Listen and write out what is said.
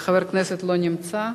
חבר הכנסת לא נמצא,